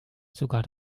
sogar